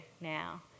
now